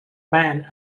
band